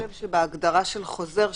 לגבי ההגדרה של חוזר,